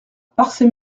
parçay